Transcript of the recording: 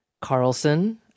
Carlson